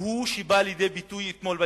והוא שבא לידי ביטוי אתמול בישיבה.